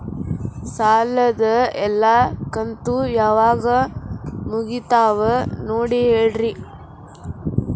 ಸಾಲದ ಎಲ್ಲಾ ಕಂತು ಯಾವಾಗ ಮುಗಿತಾವ ನೋಡಿ ಹೇಳ್ರಿ